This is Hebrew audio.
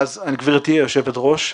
גברתי היושבת-ראש,